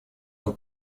нам